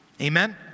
Amen